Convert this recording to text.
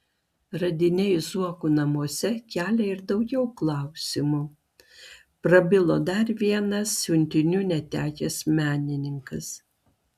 radiniai zuokų namuose kelia ir daugiau klausimų prabilo dar vienas siuntinių netekęs menininkas